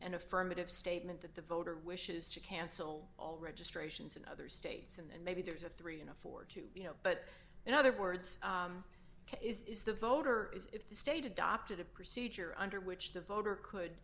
an affirmative statement that the voter wishes to cancel all registrations in other states and maybe there's a three in a for two you know but in other words is the voter is if the state adopted a procedure under which the voter could